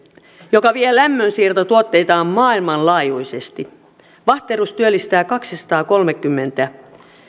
joka vie lämmönsiirtotuotteitaan maailmanlaajuisesti vahterus työllistää kaksisataakolmekymmentä